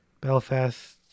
Belfast